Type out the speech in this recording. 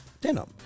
denim